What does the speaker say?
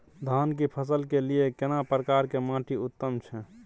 धान की फसल के लिये केना प्रकार के माटी उत्तम छै?